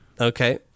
Okay